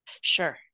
Sure